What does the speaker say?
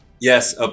Yes